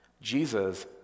Jesus